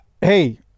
Hey